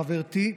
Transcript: חברתי.